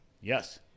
yes